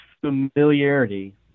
familiarity